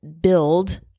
build